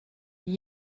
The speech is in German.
wie